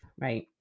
Right